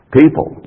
people